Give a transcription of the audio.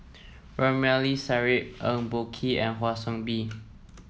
Ramli Sarip Eng Boh Kee and Kwa Soon Bee